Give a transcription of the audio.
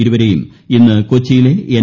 ഇരുവരെയും ഇന്ന് കൊച്ചിയിലെ എൻ